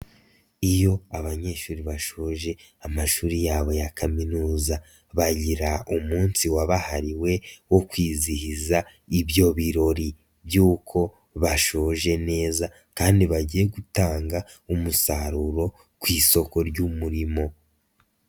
Iyo abanyeshuri bashoje amashuri yabo ya kaminuza bagira umunsi wabahariwe wo kwizihiza ibyo birori by'uko bashoje neza kandi bagiye gutanga umusaruro ku isoko ry'umurimo.